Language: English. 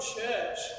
church